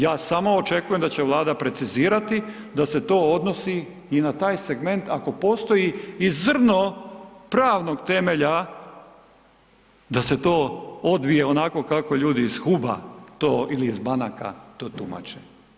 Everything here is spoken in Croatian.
Ja samo očekujem da će Vlada precizirati da se to odnosi i na taj segment ako postoji i zrno pravnog temelja da se to odvije onako kako ljudi iz huba to ili iz banaka to tumače.